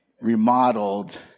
remodeled